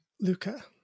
Luca